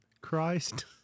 Christ